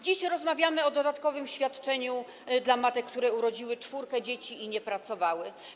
Dziś rozmawiamy o dodatkowym świadczeniu dla matek, które urodziły czwórkę dzieci i nie pracowały.